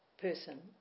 person